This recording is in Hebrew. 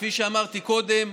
כפי שאמרתי קודם,